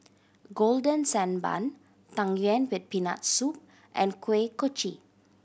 Golden Sand Bun Tang Yuen with Peanut Soup and Kuih Kochi